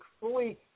fully